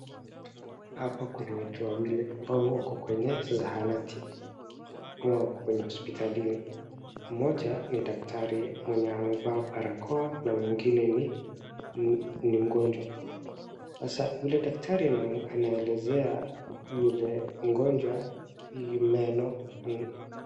Hapa kuna watu wawili ambao wako kwenye zahanati kwenye hospitalini .Mmoja ni daktari ,mwenye amevaa barakoa na mwingine ni mgonjwa .Sasa yule daktari anaelezea yule mgonjwa hii meno.